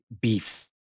beef